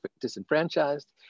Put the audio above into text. disenfranchised